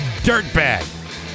dirtbag